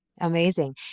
Amazing